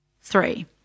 Three